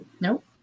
Nope